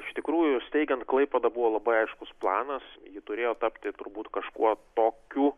iš tikrųjų steigiant klaipėdą buvo labai aiškus planas ji turėjo tapti turbūt kažkuo tokiu